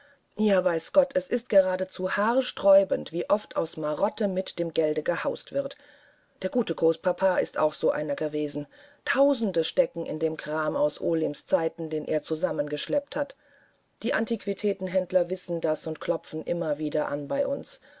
ja weiß gott es ist geradezu haarsträubend wie oft aus marotte mit dem gelde gehaust wird der gute großpapa ist auch so einer gewesen tausende stecken in dem kram aus olims zeiten den er zusammengeschleppt hat die antiquitätenhändler wissen das und klopfen immer wieder an bei uns